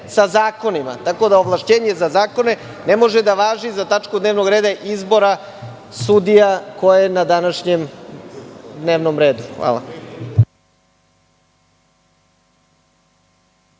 sa zakonima. Tako da, ovlašćenje za zakone ne može da važi za tačku dnevnog reda izbora sudija, koja je na današnjem dnevnom redu. Hvala.